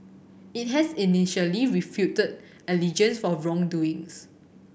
it had initially refuted allegations for wrongdoings